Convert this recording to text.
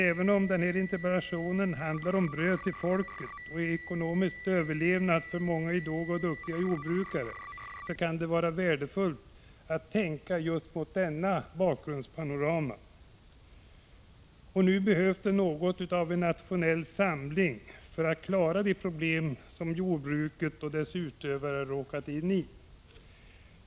Även om interpellationen handlar om bröd för folket och ekonomisk överlevnad för många idoga och duktiga jordbrukare, kan det vara värt att ha denna bakgrund klar för sig. Nu behövs något av en nationell samling för att klara de problem som har uppstått för jordbruket och dess utövare.